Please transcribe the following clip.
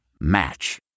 Match